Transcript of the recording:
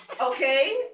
okay